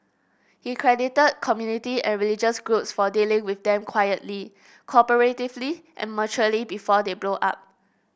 he credited community and religious groups for dealing with them quietly cooperatively and maturely before they blow up